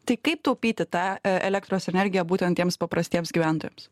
tai kaip taupyti tą elektros energiją būtent tiems paprastiems gyventojams